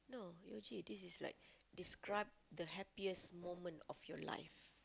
no Yuji this is like describe the happiest moment of your life